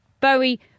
Bowie